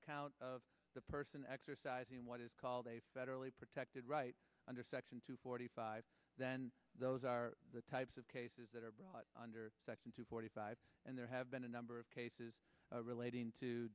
account of the person exercising what is called a federally protected right under section two forty five then those are the types of cases that are under section two forty five and there have been a number of cases relating to